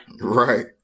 Right